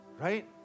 right